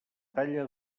talla